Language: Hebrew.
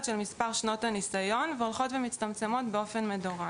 ממספר שנות הניסיון והולכות ומצטמצמות באופן מדורג.